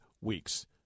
weeks